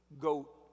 goat